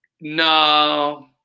no